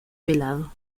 pelado